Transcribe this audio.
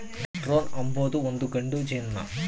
drone ಅಂಬೊದು ಒಂದು ಗಂಡು ಜೇನುನೊಣ